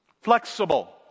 flexible